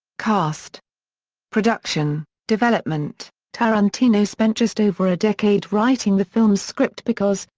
cast production development tarantino spent just over a decade writing the film's script because,